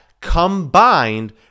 combined